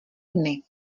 dny